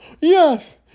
yes